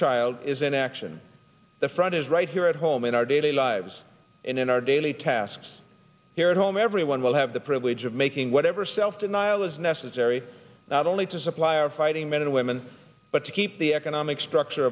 child is in action the front is right here at home in our daily lives and in our daily tasks here at home everyone will have the privilege of making whatever self denial is necessary not only to supply our fighting men and women but to keep the economic structure